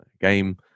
game